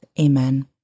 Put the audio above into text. Amen